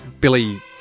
Billy